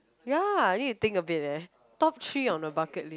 ya need to think a bit leh top three on a bucket list